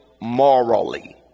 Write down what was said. morally